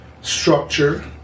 Structure